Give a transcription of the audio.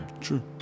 True